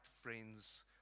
friends